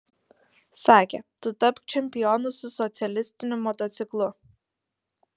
sakė tu tapk čempionu su socialistiniu motociklu